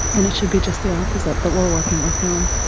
and it should be just the opposite that we're working with them.